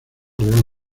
real